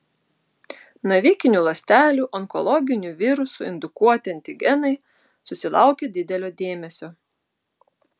navikinių ląstelių onkologinių virusų indukuoti antigenai susilaukė didelio dėmesio